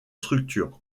structure